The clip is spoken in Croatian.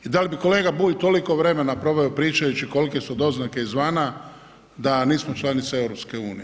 I da li bi kolega Bulj toliko vremena proveo pričajući kolike su doznake izvana da nismo članica EU?